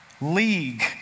league